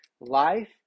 life